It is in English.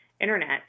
internet